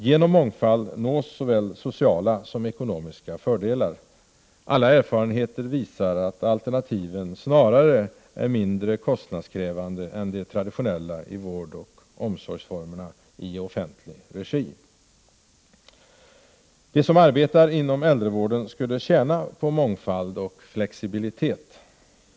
Genom mångfald nås såväl sociala som ekonomiska fördelar. Alla erfarenheter visar att alternativen snarare är mindre kostnadskrävande än de traditionella vårdoch omsorgsformerna i offentlig regi. De som arbetar inom äldrevården skulle tjäna på mångfald och flexibilitet.